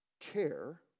care